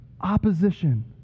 Opposition